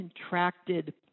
contracted